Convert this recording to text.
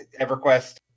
Everquest